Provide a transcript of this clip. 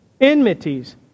enmities